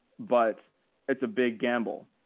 but it's a big gamble.